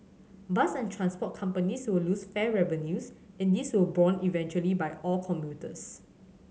bus and transport companies will lose fare revenues and this will borne eventually by all commuters